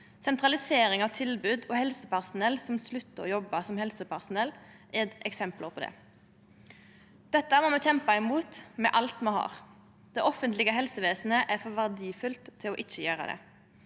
sentralisering av tilbod og helsepersonell som sluttar å jobbe som helsepersonell, er eksempel på det. Dette må me kjempe imot med alt me har. Det offentlege helsevesenet er for verdifullt til å ikkje gjere det.